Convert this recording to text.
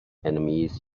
enemies